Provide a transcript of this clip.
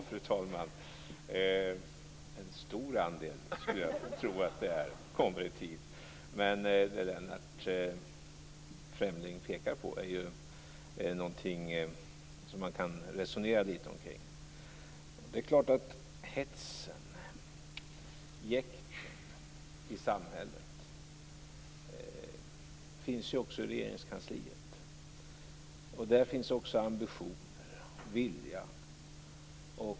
Fru talman! Jag skulle tro att det är en stor andel som kommer i tid. Men Lennart Fremling pekar på någonting som man kan resonera litet kring. Hetsen och jäktet i samhället finns också i Regeringskansliet. Där finns också ambitioner och vilja.